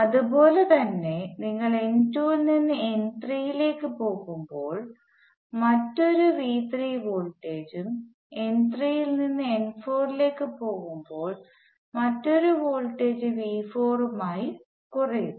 അതുപോലെ തന്നെ നിങ്ങൾ n2 ൽ നിന്ന് n3 ലേക്ക് പോകുമ്പോൾ മറ്റൊരു V3 വോൾട്ടേജും n3 ൽ നിന്ന് n4 ലേക്ക് പോകുമ്പോൾ മറ്റൊരു വോൾട്ടേജ് V4 ഉം ആയി കുറയുന്നു